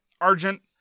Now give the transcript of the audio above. Argent